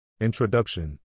Introduction